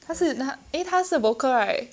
他是 eh 他是 vocal right